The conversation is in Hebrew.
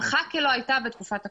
הלכה כלא הייתה בתקופת הקורונה.